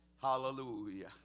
hallelujah